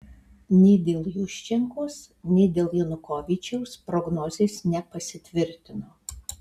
nei dėl juščenkos nei dėl janukovyčiaus prognozės nepasitvirtino